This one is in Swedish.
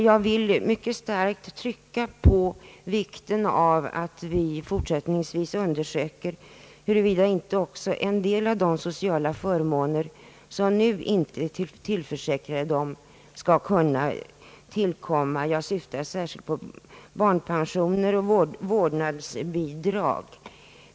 Jag vill emellertid mycket starkt trycka på betydelsen av att vi undersöker huruvida inte också en del av de sociala förmåner, som nu inte tillförsäkras ifrågavarande barn, i fortsättningen kan tillkomma dem. Jag syftar särskilt på barnpensioner och vårdnadsbidrag.